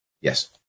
Yes